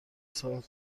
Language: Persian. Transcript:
سال